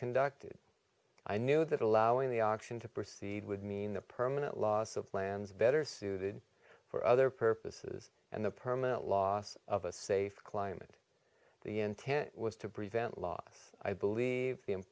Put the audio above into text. conducted i knew that allowing the auction to proceed would mean the permanent loss of lands better suited for other purposes and the permanent loss of a safe client the intent was to prevent loss i believe